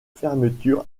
fermeture